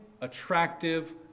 attractive